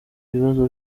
ibibazo